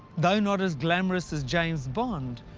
though not as glamorous as james bond,